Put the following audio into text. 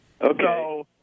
Okay